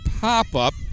pop-up